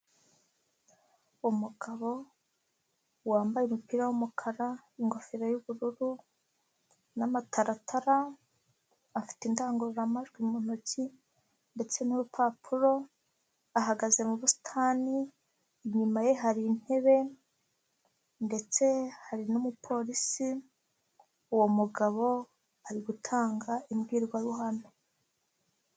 Umugabo wambaye umupira w'umukara ingofero y'ubururu, n'amataratara afite indangururamajwi mu ntoki, ndetse n'urupapuro ahagaze mu busitani inyuma ye hari intebe ndetse hari n'umupolisi, uwo mugabo ari gutanga imbwirwaruhame.